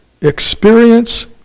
experience